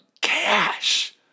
cash